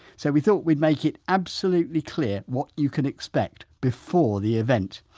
so, we thought we'd make it absolutely clear what you can expect before the event.